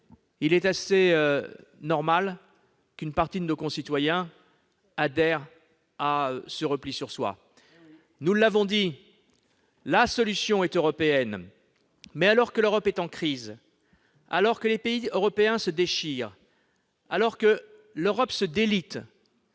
il est assez normal qu'une partie de nos concitoyens adhèrent au repli sur soi. Nous l'avons dit, la solution est européenne. Alors que l'Europe est en crise, que les pays européens se déchirent, que l'Union européenne se délite,